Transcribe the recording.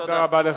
תודה.